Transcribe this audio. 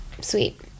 Sweet